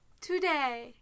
Today